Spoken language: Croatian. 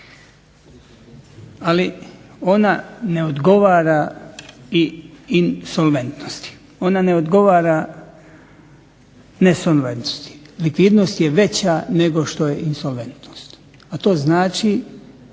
Ali, ona ne odgovara insolventnosti, ona ne odgovara nesolventnosti. Likvidnost je veća nego što je insolventnost, a to znači